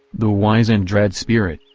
the wise and dread spirit,